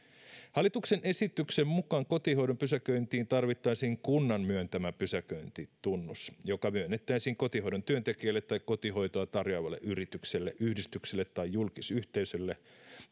hallituksen esityksen mukaan kotihoidon pysäköintiin tarvittaisiin kunnan myöntämä pysäköintitunnus joka myönnettäisiin kotihoidon työntekijälle tai kotihoitoa tarjoavalle yritykselle yhdistykselle tai julkisyhteisölle